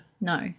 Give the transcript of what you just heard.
No